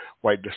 White